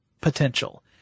potential